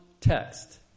text